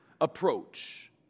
approach